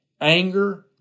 anger